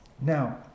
Now